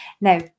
Now